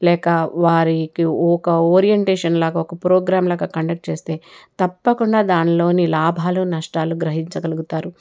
లేక వారికి ఒక ఓరియంటేషన్ లాగా ఒక ప్రోగ్రాంలాగా కండక్ట్ చేస్తే తప్పకుండా దానిలోని లాభాలు నష్టాలు గ్రహించగలుగుతారు